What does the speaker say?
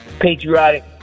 patriotic